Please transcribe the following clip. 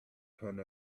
hunt